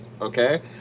Okay